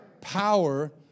power